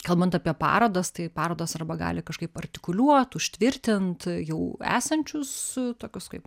kalbant apie parodos tai parodos arba gali kažkaip artikuliuot užtvirtint jau esančius tokius kaip